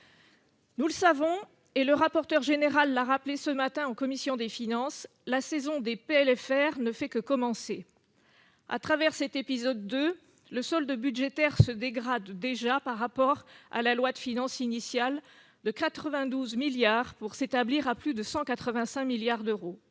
Nous le savons, et le rapporteur général l'a rappelé ce matin en commission des finances : la saison des PLFR ne fait que commencer. À travers cet épisode 2, le solde budgétaire se dégrade déjà, par rapport à la loi de finances initiale, de 92 milliards d'euros, pour s'établir à plus de 185 milliards d'euros.